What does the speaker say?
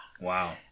wow